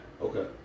Okay